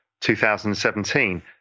2017